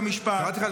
מה אמרתי?